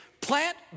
Plant